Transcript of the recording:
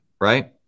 right